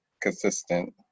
consistent